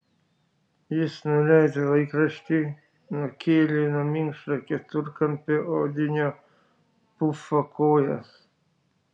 jis nuleido laikraštį nukėlė nuo minkšto keturkampio odinio pufo kojas